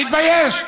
תתבייש.